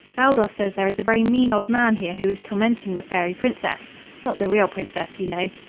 baldos says there is a very mean old man here who is tormenting the fairy princess not the real princess, you know.